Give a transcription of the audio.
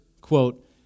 quote